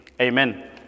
Amen